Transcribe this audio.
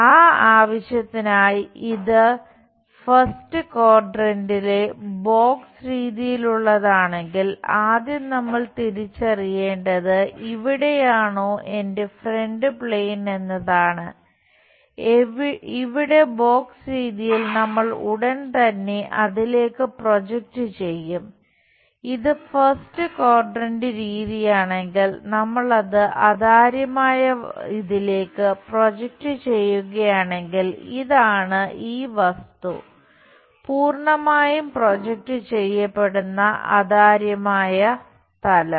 ആ ആവശ്യത്തിനായി ഇത് ഫസ്റ്റ് ക്വാഡ്രാന്റിലെ ചെയ്യപ്പെടുന്ന അതാര്യമായ തലം